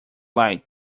light